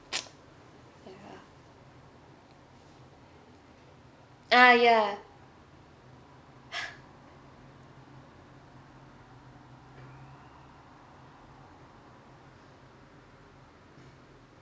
ah ya